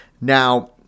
Now